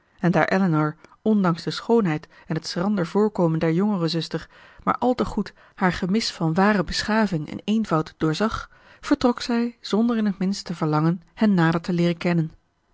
en daar elinor ondanks de schoonheid en het schrander voorkomen der jongere zuster maar al te goed haar gemis van ware beschaving en eenvoud doorzag vertrok zij zonder in het minst te verlangen hen nader te leeren kennen